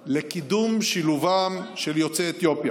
לקידום שילובם של יוצאי אתיופיה.